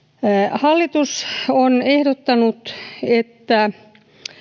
hallitus on ehdottanut että